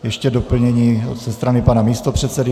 Ještě doplnění ze strany pana místopředsedy.